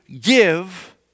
give